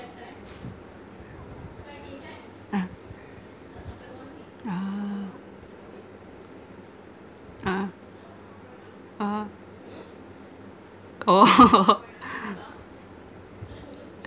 ah ah ah ah oh